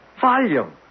volume